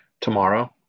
tomorrow